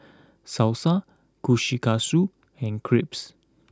Salsa Kushikatsu and Crepes